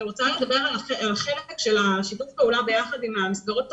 אני רוצה לדבר על החלק של שיתוף הפעולה ביחד עם המסגרות החינוכיות.